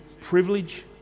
privilege